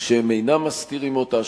שהם אינם מסתירים אותה,